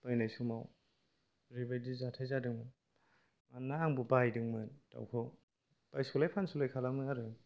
बायनाय समाव ओरैबायदि जाथाय जादों ना आंबो बायदोंमोन दाउखौ बायस'लाय फानस'लाय खालामो आरो